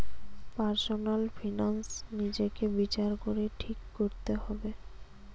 personal finance নিজেকে বিচার করে ঠিক কোরতে হবে